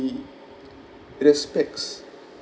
he respects